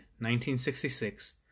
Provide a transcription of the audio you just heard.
1966